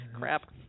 Crap